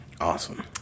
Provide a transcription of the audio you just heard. awesome